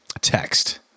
text